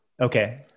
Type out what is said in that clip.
Okay